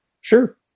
sure